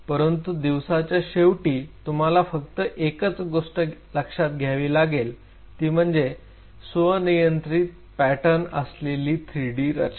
परंतु दिवसाच्या शेवटी तुम्हाला फक्त एकच गोष्ट लक्षात घ्यावी लागेल ती म्हणजे स्वनियंत्रित पॅटर्न असलेले 3D रचना